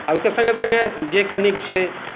ओहिके सङ्गे सङ्गे जे कनिक छै